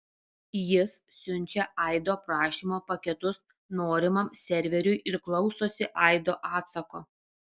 jis siunčia aido prašymo paketus norimam serveriui ir klausosi aido atsako